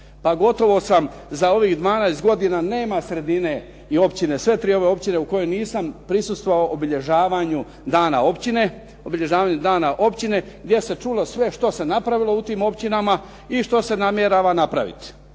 Pa gotovo sam za ovih 12 godina nema sredine i općine, sve tri ove općine u kojoj nisam prisustvovao obilježavanju dana općine gdje se čulo sve što se napravilo u tim općinama i što se namjerava napraviti.